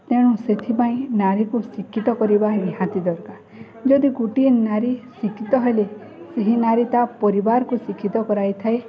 ତେଣୁ ସେଥିପାଇଁ ନାରୀକୁ ଶିକ୍ଷିତ କରିବା ନିହାତି ଦରକାର ଯଦି ଗୋଟିଏ ନାରୀ ଶିକ୍ଷିତ ହେଲେ ସେହି ନାରୀ ତା ପରିବାରକୁ ଶିକ୍ଷିତ କରାଇଥାଏ